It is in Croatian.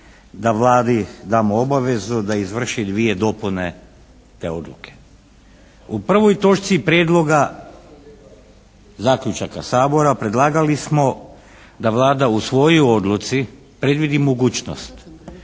U 1. točci prijedloga zaključaka Sabora predlagali smo da Vlada u svojoj odluci predvidi mogućnost